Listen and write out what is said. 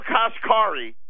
Kashkari